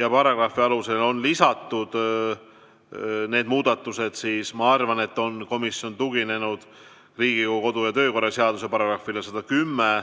ja paragrahvi alusel on lisatud need muudatused, siis ma arvan, et on komisjon tuginenud Riigikogu kodu- ja töökorra seaduse § 110 lõikele